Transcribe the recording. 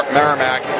Merrimack